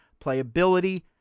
playability